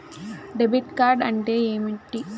Debit card అంటే ఏమిటి?